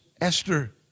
Esther